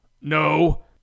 no